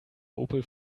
opel